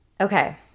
Okay